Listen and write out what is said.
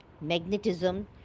magnetism